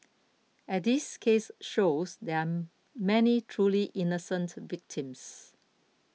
as this case shows there are many truly innocent victims